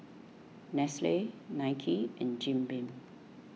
Nestle Nike and Jim Beam